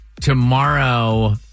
Tomorrow